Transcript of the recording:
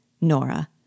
NORA